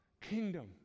kingdom